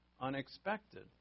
unexpected